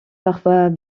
parfois